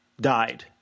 died